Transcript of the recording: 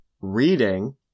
Reading